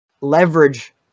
leverage